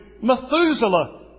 Methuselah